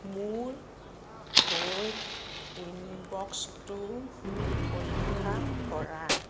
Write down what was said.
মোৰ হৈ ইনবক্সটো পৰীক্ষা কৰা